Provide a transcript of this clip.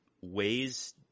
Ways